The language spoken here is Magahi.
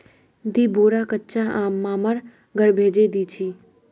दी बोरा कच्चा आम मामार घर भेजे दीछि